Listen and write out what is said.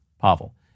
Pavel